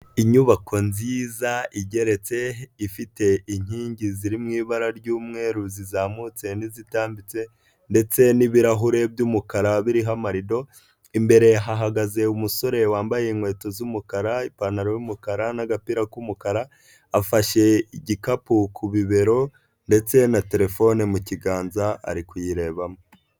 Inyubako nziza igeretse ifite inkingi ziri mu ibara ry'umweru zizamutse n'izitambitse ndetse n'ibirahure by'umukara biriho amarido imbere hahagaze umusore wambaye inkweto z'umukara, ipantaro y'umukara n'agapira k'umukara afashe igikapu ku bibero ndetse na terefone mu kiganza ari kuyirebamo.